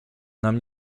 nam